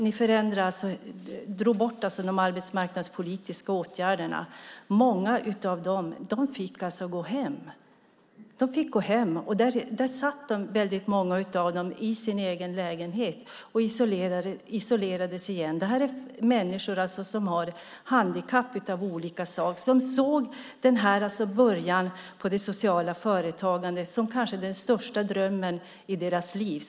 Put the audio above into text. Ni drog bort de arbetsmarknadspolitiska åtgärderna. Många av de här människorna fick gå hem. Där satt många av dem i sina egna lägenheter och isolerades igen. Det här är människor som har handikapp av olika slag. De såg den här början på det sociala företagandet som den kanske största drömmen i deras liv.